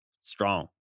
strong